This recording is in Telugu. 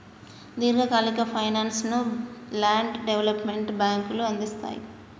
దీర్ఘకాలిక ఫైనాన్స్ ను ల్యాండ్ డెవలప్మెంట్ బ్యేంకులు అందిస్తయ్